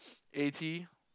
eighty